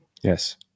yes